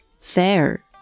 Fair